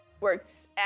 works